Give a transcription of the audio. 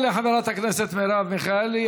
תודה לחברת הכנסת מרב מיכאלי.